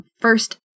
first